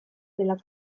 della